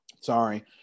Sorry